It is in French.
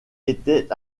était